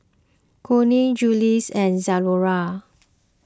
Cornell Julie's and Zalora